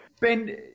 ben